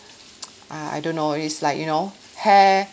uh I don't know it's like you know hair